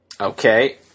Okay